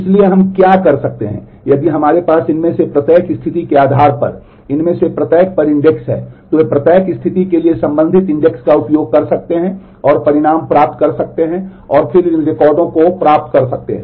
इसलिए हम क्या कर सकते हैं यदि हमारे पास इनमें से प्रत्येक स्थिति के आधार पर इनमें से प्रत्येक पर इंडेक्स का उपयोग कर सकते हैं और परिणाम प्राप्त कर सकते हैं और फिर इन रिकॉर्डों को प्राप्त कर सकते हैं